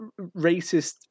racist